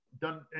done